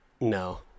No